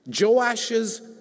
Joash's